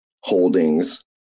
holdings